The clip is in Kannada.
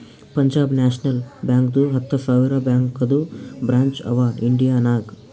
ಪಂಜಾಬ್ ನ್ಯಾಷನಲ್ ಬ್ಯಾಂಕ್ದು ಹತ್ತ ಸಾವಿರ ಬ್ಯಾಂಕದು ಬ್ರ್ಯಾಂಚ್ ಅವಾ ಇಂಡಿಯಾ ನಾಗ್